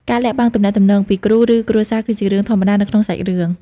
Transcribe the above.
ការលាក់បាំងទំនាក់ទំនង ពីគ្រូឬគ្រួសារគឺជារឿងធម្មតានៅក្នុងសាច់រឿង។